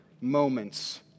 moments